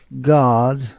God